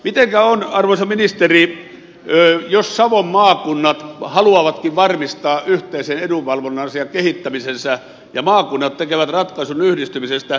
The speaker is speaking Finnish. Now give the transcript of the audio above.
mitenkä on arvoisa ministeri jos savon maakunnat haluavatkin varmistaa yhteisen edunvalvontansa ja kehittämisensä ja maakunnat tekevät ratkaisun yhdistymisestä niin pirstotteko te maakuntaa